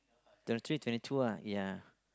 twenty three twenty two lah ya